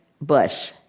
Bush